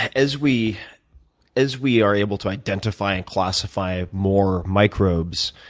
as we as we are able to identify and classify more microbes,